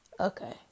Okay